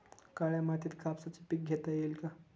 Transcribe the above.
काळ्या मातीत कापसाचे पीक घेता येईल का?